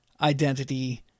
identity